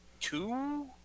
two